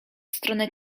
stronę